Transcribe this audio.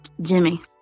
Jimmy